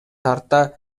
тарта